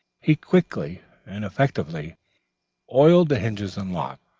he quickly and effectually oiled the hinges and lock,